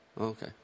Okay